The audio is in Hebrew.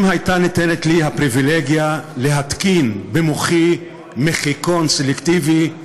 אם הייתה ניתנת לי הפריבילגיה להתקין במוחי מחיקון סלקטיבי,